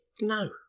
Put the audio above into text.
No